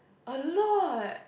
a lot